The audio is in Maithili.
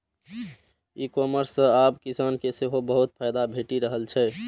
ई कॉमर्स सं आब किसान के सेहो बहुत फायदा भेटि रहल छै